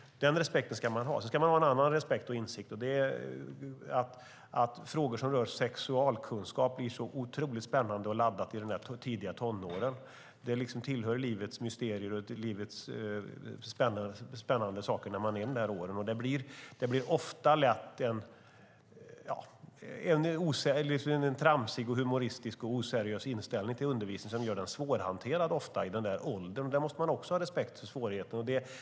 Den respekten ska man ha. Sedan ska man ha en annan respekt och insikt. Frågor som rör sexualkunskap är otroligt spännande och laddat i de tidiga tonåren. Det tillhör livets mysterier och är spännande saker när de är i de åren. Det blir ofta lätt en tramsig, humoristisk och oseriös inställning till undervisningen som gör den svårhanterad i den åldern. Man måste ha respekt för den svårigheten.